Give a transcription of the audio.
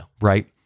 right